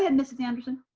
and mrs. anderson.